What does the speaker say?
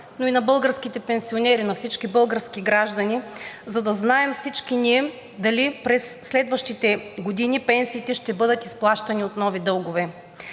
но и на българските пенсионери, на всички български граждани, за да знаем всички ние дали през следващите години пенсиите ще бъдат изплащани от нови дългове.